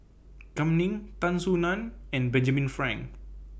Kam Ning Tan Soo NAN and Benjamin Frank